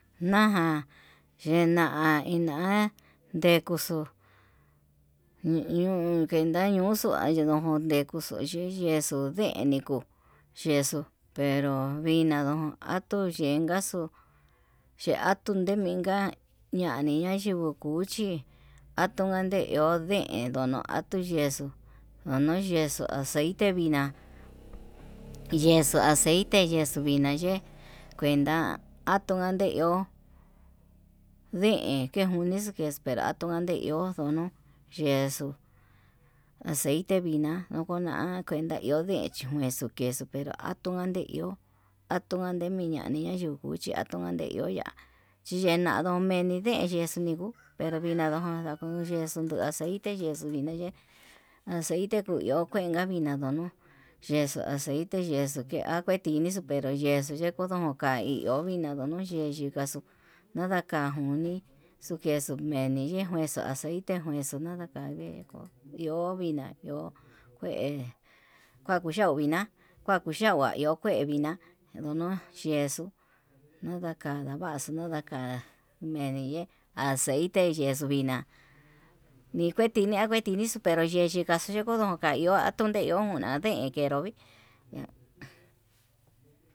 Yaján yena iná ndekuxo ñoo kuenta ñoxua ndojón ndekoxo kuii, yexu ndeniku yexo pero vina ndó atuu yenkaxu, ye'e atu ndeminka ñani ñayekuu chin atuu ñanduu ña'a deen ndono atuu yexu ono yexu aceite viná yexo aceite yexo vina ye'e, kuenta atuu ane iho deen atuni kenda iho atuno yexo aceite vina'a nokona kuenta iho deen chi uu queso pero atuu ande iho, atuu añemiñani nayunguchi atuanden iho ya'á chiyenado meni yee yexo nenguu pero vinadago yexo nguu aceite yexo vine ye'e, aceite kuu iho kuenka vina ndono'o yexo'o acete yexoo ke'e akue tine xo'o pero ye'e xo'o ndokodonkai iho vina yunuu yekaxu nada ka nguni xuu queso meni ya'a kuexo aceite kuexo nada ndejo'o iho kuina iho kué kuakuchau kuina kua kuchau iho kué kuina no nuu yexo'o nadakavaxu nanda ka'a meni yee aceite yexu kuina nike kueneni kueni xo'o, pero yenika xhikodonka iho atuu ndeón nade'e kenro vi'í.